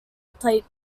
plate